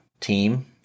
team